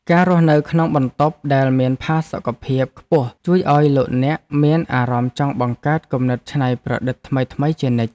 ការរស់នៅក្នុងបន្ទប់ដែលមានផាសុកភាពខ្ពស់ជួយឱ្យលោកអ្នកមានអារម្មណ៍ចង់បង្កើតគំនិតច្នៃប្រឌិតថ្មីៗជានិច្ច។